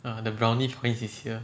ah the brownie points is here